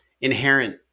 inherent